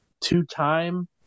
two-time